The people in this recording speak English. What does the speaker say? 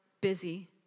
busy